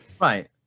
Right